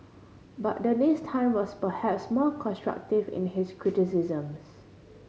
but Dennis Tan was perhaps more constructive in his criticisms